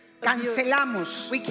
cancelamos